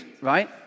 right